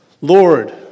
Lord